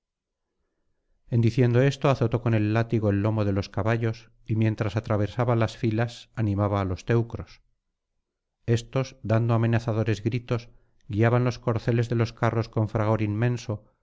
en diciendo esto azotó con el látigo el lomo de los caballos y mientras atravesaba las filas animaba á los teucros estos dando amenazadores gritos guiaban los corceles de los carros con fragor inmenso